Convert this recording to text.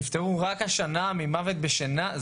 שנפטרו רק השנה ממוות בשינה?